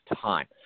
time